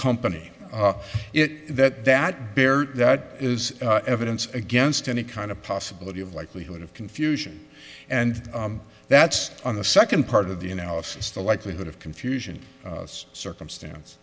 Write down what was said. company it that that bear is evidence against any kind of possibility of likelihood of confusion and that's on the second part of the analysis the likelihood of confusion circumstance